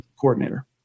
coordinator